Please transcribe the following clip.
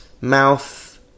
mouth